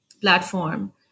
platform